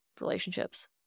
relationships